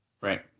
right